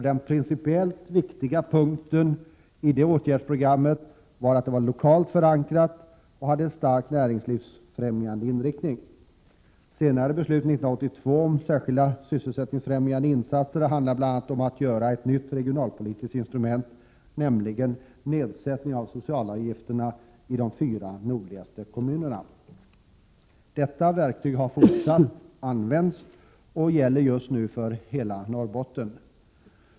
Den principiellt viktiga punkten i det åtgärdsprogrammet var att det var lokalt förankrat och hade en starkt näringslivsfrämjande inriktning. Senare beslut 1982 om särskilda sysselsättningsfrämjande insatser handlade bl.a. om att pröva ett nytt regionalpolitiskt instrument, nämligen nedsättning av socialavgifterna i de fyra nordligaste kommunerna. Detta verktyg har man fortsatt att använda, och det avser just nu hela Norrbotten.